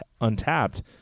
untapped